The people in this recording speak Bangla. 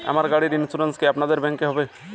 আমার গাড়ির ইন্সুরেন্স কি আপনাদের ব্যাংক এ হবে?